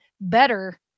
better